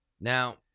Now